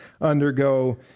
undergo